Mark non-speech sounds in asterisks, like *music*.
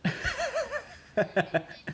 *laughs*